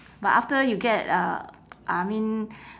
but after you get uh I mean